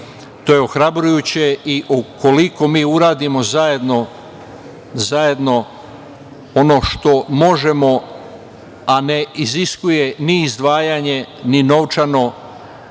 to je ohrabrujuće. Ukoliko mi uradimo zajedno ono što možemo, a ne iziskuje ni i izdvajanje ni novčano